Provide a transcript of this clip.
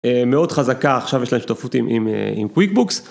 מאוד חזקה, עכשיו יש להם שותפות עם QuickBooks.